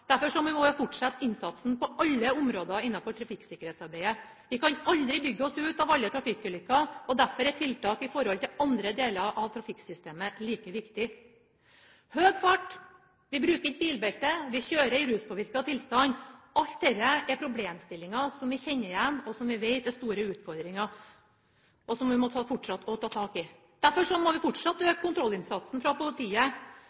må vi også fortsette innsatsen på alle områder innafor trafikksikkerhetsarbeidet. Vi kan aldri bygge oss ut av alle trafikkulykker, og derfor er tiltak som gjelder andre deler av trafikksystemet, like viktig. Høy fart, ikke å bruke bilbelte, å kjøre i ruspåvirket tilstand – alt dette er problemstillinger som vi kjenner igjen, som vi vet er store utfordringer, og som vi må fortsette å ta tak i. Derfor må vi